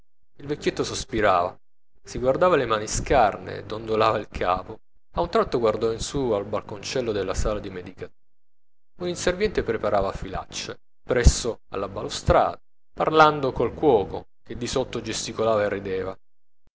il vecchietto sospirava si guardava le mani scarne dondolava il capo a un tratto guardò in su al balconcello della sala di medicatura un inserviente preparava filacce presso alla balaustra parlando col cuoco che disotto gesticolava e rideva